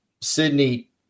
Sydney